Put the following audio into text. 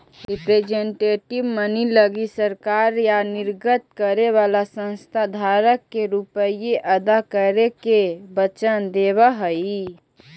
representative money लगी सरकार या निर्गत करे वाला संस्था धारक के रुपए अदा करे के वचन देवऽ हई